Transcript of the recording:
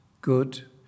good